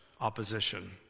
opposition